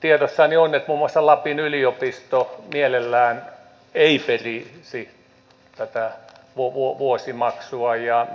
tiedossani on että muun muassa lapin yliopisto mielellään ei perisi tätä vuosimaksua ja